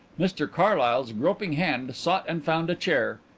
mr carlyle's groping hand sought and found a chair,